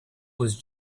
was